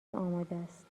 آمادست